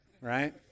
right